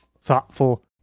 thoughtful